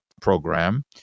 program